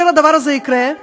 היא מדברת איתי על נימוס,